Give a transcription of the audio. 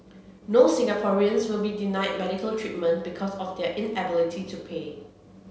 no Singaporean will be denied medical treatment because of their inability to pay